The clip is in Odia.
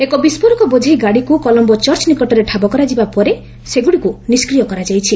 ଏକ ବିସ୍ଫୋରକ ବୋଝେଇ ଗାଡ଼ିକୁ କଲମ୍ବୋ ଚର୍ଚ୍ଚ ନିକଟରେ ଠାବ କରାଯିବା ପରେ ସେଗୁଡ଼ିକୁ ନିଷ୍କ୍ରିୟ କରାଯାଇଛି